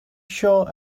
sure